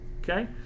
okay